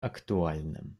актуальным